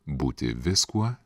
būti viskuo